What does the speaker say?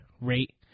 rate